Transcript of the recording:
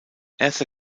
erster